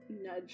nudge